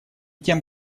тем